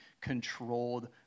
controlled